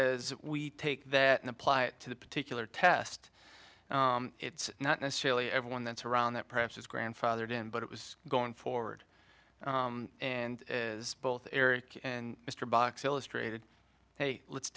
as we take that and apply it to the particular test it's not necessarily everyone that's around that perhaps it's grandfathered in but it was going forward and as both eric and mr box illustrated hey let's